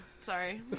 sorry